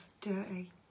dirty